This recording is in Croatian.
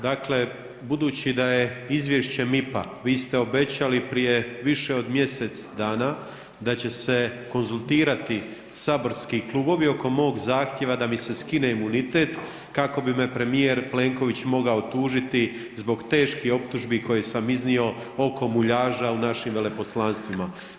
Dakle, budući da je Izvješće MIP-a, vi ste obećali prije više od mjesec dana da će se konzultirati saborski klubovi oko mog zahtjeva da mi se skine imunitet kako bi me premijer Plenković mogao tužiti zbog teških optužbi koje sam iznio oko muljaža u našim veleposlanstvima.